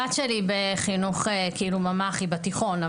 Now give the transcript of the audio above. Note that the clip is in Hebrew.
הבת שלי בחינוך ממ"חי בתיכון,